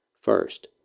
First